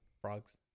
Frogs